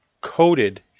coated